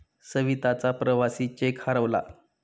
सविताचा प्रवासी चेक हरवला